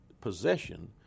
possession